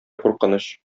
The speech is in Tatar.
куркыныч